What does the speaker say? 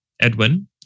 Edwin